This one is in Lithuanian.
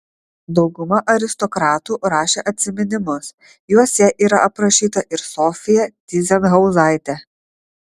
dauguma aristokratų rašė atsiminimus juose yra aprašyta ir sofija tyzenhauzaitė